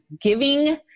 giving